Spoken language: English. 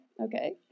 Okay